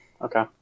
Okay